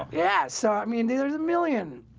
yeah, so i mean there's a million.